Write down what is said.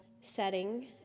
setting